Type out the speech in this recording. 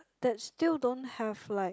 that still don't have like